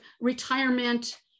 retirement